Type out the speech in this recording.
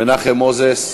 מנחם מוזס.